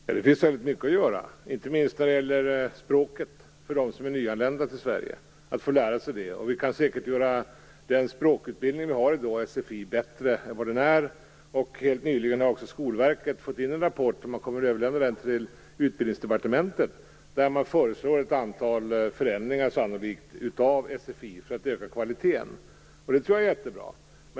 Fru talman! Ja, det finns väldigt mycket att göra, inte minst när det gäller språket för dem som är nyanlända till Sverige. De behöver få lära sig svenska språket. Den språkutbildning som vi i dag har, sfi, kan säkert bli bättre än den nu är. Nyligen fick Skolverket in en rapport, som kommer att överlämnas till Utbildningsdepartementet. Där förelås sannolikt ett antal förändringar av sfi för att öka kvaliteten. Det tror jag är mycket bra.